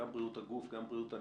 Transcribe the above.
גם בריאות הגוף וגם בריאות הנפש,